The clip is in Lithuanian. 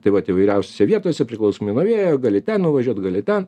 tai vat įvairiausiose vietose priklausomai nuo vėjo gali ten nuvažiuot gali ten